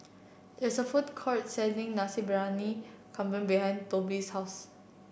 there is a food court selling Nasi Briyani Kambing behind Tobi's house